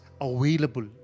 available